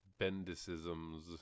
bendicisms